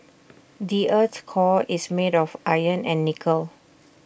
the Earth's core is made of iron and nickel